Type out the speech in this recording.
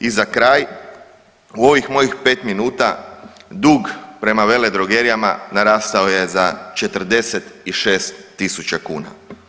I za kraj u ovih mojih 5 minuta, dug prema veledrogerijama narasao je za 46.000 kuna.